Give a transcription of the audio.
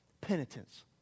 penitence